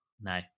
No